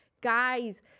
Guys